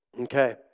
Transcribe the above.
Okay